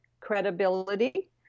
credibility